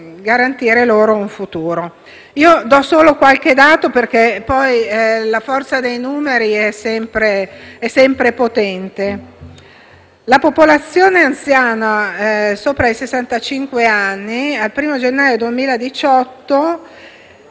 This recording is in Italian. garantire loro un futuro. Do solo qualche dato, perché la forza dei numeri è sempre potente. La popolazione anziana, sopra i sessantacinque anni, al 1° gennaio 2018,